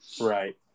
Right